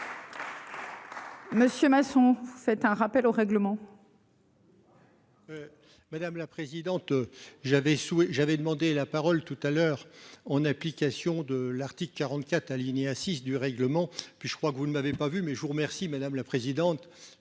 Monsieur Masson, vous faites un rappel au règlement. Madame la présidente, j'avais sous et j'avais demandé la parole tout à l'heure, en application de l'article 44 alinéa 6 du règlement puis je crois que vous ne m'avez pas vu mais je vous remercie madame la présidente